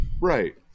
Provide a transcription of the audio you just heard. Right